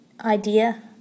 idea